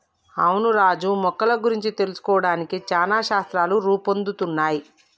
అవును రాజు మొక్కల గురించి తెలుసుకోవడానికి చానా శాస్త్రాలు రూపొందుతున్నయ్